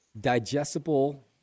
digestible